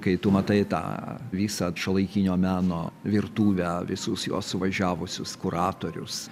kai tu matai tą visą šiuolaikinio meno virtuvę visus jos suvažiavusius kuratorius